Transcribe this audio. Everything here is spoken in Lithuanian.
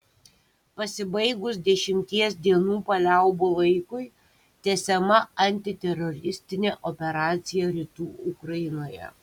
pasibaigus dešimties dienų paliaubų laikui tęsiama antiteroristinė operacija rytų ukrainoje